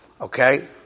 Okay